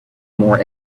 more